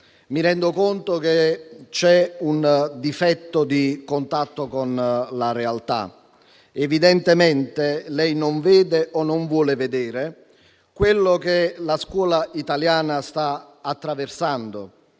Mi rendo conto che c'è un difetto di contatto con la realtà: evidentemente, lei non vede o non vuole vedere quello che la scuola italiana sta attraversando.